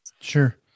Sure